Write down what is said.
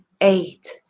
eight